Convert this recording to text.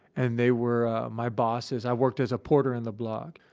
and they were ah my bosses i worked as a porter in the block.